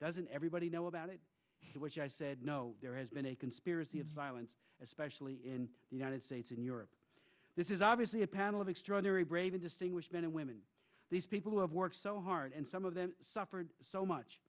doesn't everybody know about it which i said no there has been a conspiracy of violence especially in the united states and europe this is obviously a panel of extraordinary brave and distinguished men and women these people who have worked so hard and some of them suffered so much